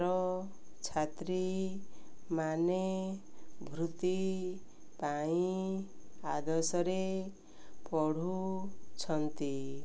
ର ଛାତ୍ରୀମାନେ ବୃତ୍ତି ପାଇଁ ଆଦର୍ଶରେ ପଢ଼ୁଛନ୍ତି